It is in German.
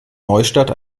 neustadt